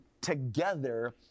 together